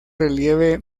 relieve